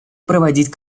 проводить